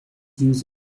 use